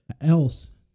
else